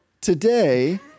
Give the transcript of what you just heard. today